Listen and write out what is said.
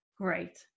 Great